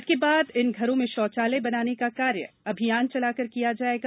इसके बाद इन घरों में शौचालय बनाने का कार्य अभियान चलाकर किया जायेगा